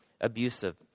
abusive